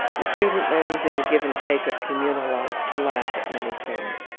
the student learns in the give-and-take of communal life to laugh at many things,